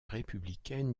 républicaine